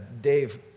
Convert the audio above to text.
Dave